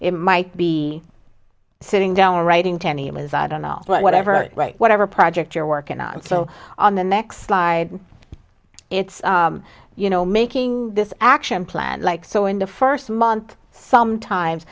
it might be sitting down or writing to me it was i don't know but whatever whatever project you're working on and so on the next slide it's you know making this action plan like so in the first month sometimes